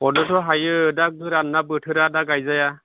हरनोथ' हायो दा गोरानना बोथोरा दा गायजाया